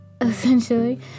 essentially